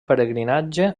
pelegrinatge